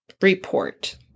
report